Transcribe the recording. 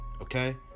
okay